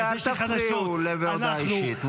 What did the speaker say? חבר'ה, אל תפריעו להודעה אישית.